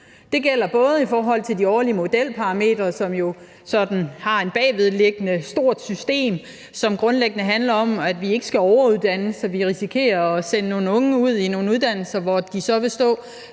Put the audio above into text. Det gælder både i forhold til de årlige modelparametre, som jo sådan har et bagvedliggende stort system, som grundlæggende handler om, at vi ikke skal overuddanne, så vi risikerer at sende nogle unge ud i nogle uddannelser, hvor de så vil stå